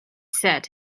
said